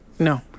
No